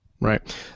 Right